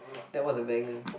that was a banger